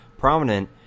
Prominent